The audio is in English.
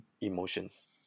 emotions